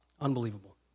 Unbelievable